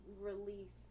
release